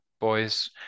boys